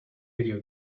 video